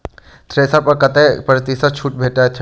Thresher पर कतै प्रतिशत छूट भेटय छै?